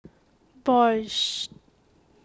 Bosch